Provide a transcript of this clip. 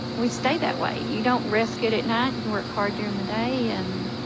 we stay that way. you don't rest good at night, you work hard during the day, and